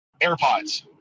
AirPods